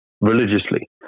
religiously